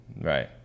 Right